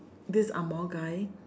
this ang-moh guy